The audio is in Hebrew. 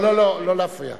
לא, לא להפריע.